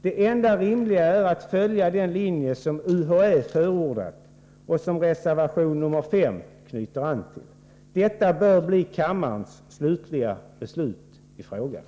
Det enda rimliga är att följa den linje som UHÄ förordat och som reservation nr 5 knyter an till. Detta bör bli kammarens beslut i frågan.